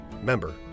member